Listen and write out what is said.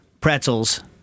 pretzels